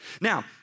Now